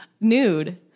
nude